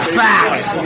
facts